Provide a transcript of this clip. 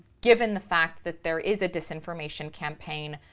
given the fact that there is a disinformation campaign,